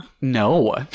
no